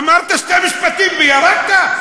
אמרת שני משפטים וירדת?